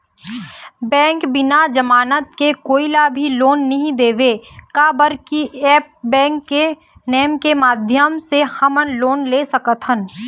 Bank बिना जमानत के कोई ला भी लोन नहीं देवे का बर की ऐप बैंक के नेम के माध्यम से हमन लोन ले सकथन?